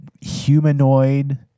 humanoid